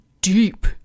deep